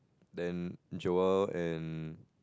then Joel and